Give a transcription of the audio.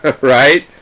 right